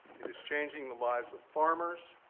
it is changing the lives of farmers,